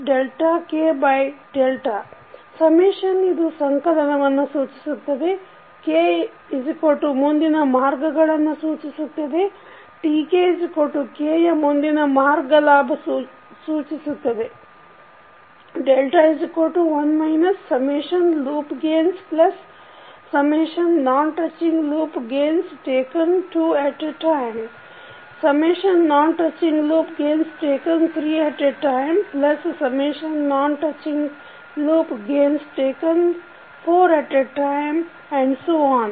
GCRkTkk ಇದು ಸಂಕಲನವನ್ನು ಸೂಚಿಸುತ್ತದೆ k ಮುಂದಿನ ಮಾರ್ಗಗಳನ್ನು ಸೂಚಿಸುತ್ತದೆ Tk k ಯ ಮುಂದಿನ ಮಾರ್ಗ ಲಾಭ ಸೂಚಿಸುತ್ತದೆ 1 loopgainsnontouchingloopgainstakentwoatatime nontouchingloopgainstakenthreeatatime nontouchingloopgainstakenfouratatime